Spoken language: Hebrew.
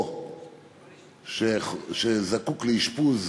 או שהם זקוקים לאשפוז